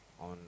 on